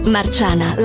Marciana